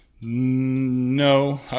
No